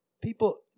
People